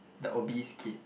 the obese kid